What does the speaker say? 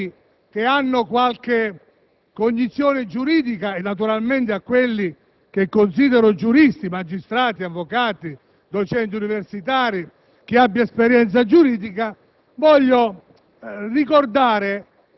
in particolare ai colleghi che hanno qualche cognizione giuridica e naturalmente a quelli che considero giuristi (magistrati, avvocati, docenti universitari, chi abbia esperienza giuridica),